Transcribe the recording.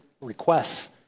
requests